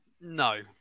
No